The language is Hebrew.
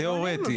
התיאורטיים.